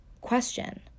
question